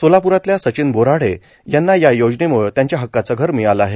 सोलापुरातल्या सचिन बोऱ्हाडे यांना या योजनेमुळे यांच्या हक्काच घर मिळालं आहे